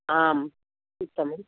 आम् उत्तमम्